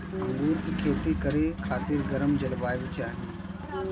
अंगूर के खेती करे खातिर गरम जलवायु चाही